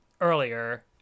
earlier